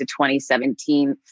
2017